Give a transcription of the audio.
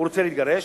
הוא רוצה להתגרש.